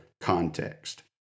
context